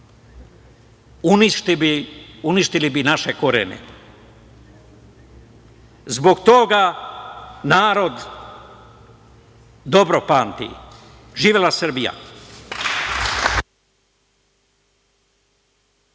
uništili bi i naše korene. Zbog toga narod dobro pamti. Živela Srbija!